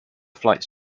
flights